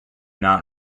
not